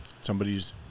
somebody's